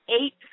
eight